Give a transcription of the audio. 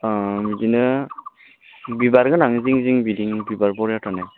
बिदिनो बिबार होनानै जिं जिं बिदिनो बिबार बरजा थानाय